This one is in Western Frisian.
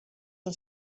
dan